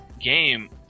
game